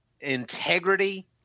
integrity